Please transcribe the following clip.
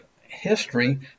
history